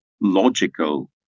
logical